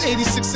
86